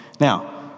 Now